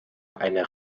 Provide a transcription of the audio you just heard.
einer